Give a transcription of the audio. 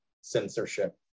censorship